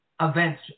events